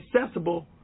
accessible